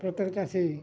ପ୍ରତ୍ୟେକ ଚାଷୀ